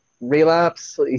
Relapse